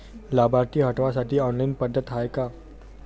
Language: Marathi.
लाभार्थी हटवासाठी ऑनलाईन पद्धत हाय का?